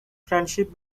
friendship